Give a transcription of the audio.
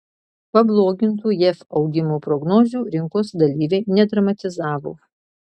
pablogintų jav augimo prognozių rinkos dalyviai nedramatizavo